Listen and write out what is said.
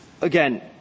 Again